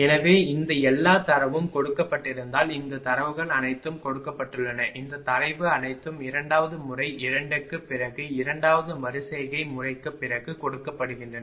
எனவே இந்த எல்லா தரவும் கொடுக்கப்பட்டிருப்பதால் இந்த தரவுகள் அனைத்தும் கொடுக்கப்பட்டுள்ளன இந்த தரவு அனைத்தும் இரண்டாவது முறை 2 க்குப் பிறகு இரண்டாவது மறு செய்கை முறைக்குப் பிறகு கொடுக்கப்படுகின்றன